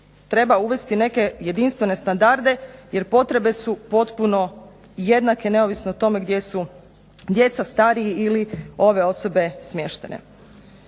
treba uvesti neke jedinstvene standarde jer potrebe su potpuno jednake neovisno o tome gdje su djeca, stariji ili ove osobe smještene.